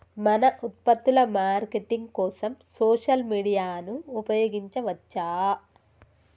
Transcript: మన ఉత్పత్తుల మార్కెటింగ్ కోసం సోషల్ మీడియాను ఉపయోగించవచ్చా?